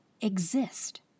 exist